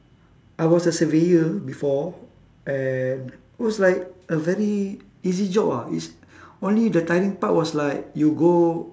I was a surveyor before and it was like a very easy job ah it's only the tiring part was like you go